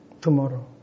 tomorrow